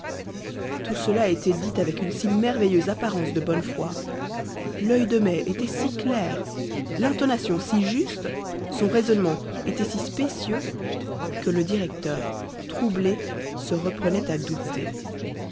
tout cela était dit avec une si merveilleuse apparence de bonne foi l'œil de mai était si clair l'intonation si juste son raisonnement était si spécieux que le directeur troublé se reprenait à douter